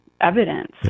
evidence